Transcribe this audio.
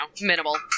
minimal